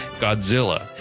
Godzilla